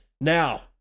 now